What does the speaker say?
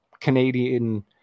Canadian